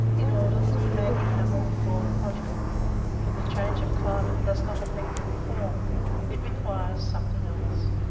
in order that he may become a reformed prodigal but the change of climate does not effect a reform it requires something else.